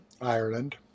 ireland